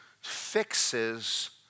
fixes